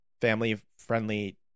family-friendly